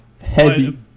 heavy